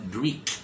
Greek